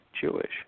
Jewish